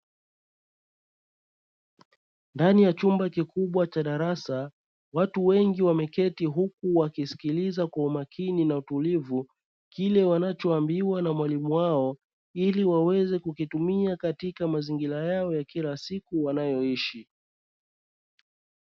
Ndani ya chumba kikubwa cha darasa watu wengi wameketi huku wakisikiliza kwa umakini na utulivu, kile wanachoambiwa na mwalimu wao, ili waweze kukitumia katika mazingira yao ya kila siku wanayoishi.